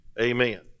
amen